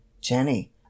Jenny